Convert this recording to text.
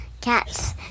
cats